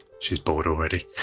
she's bored already.